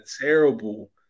terrible